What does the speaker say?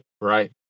Right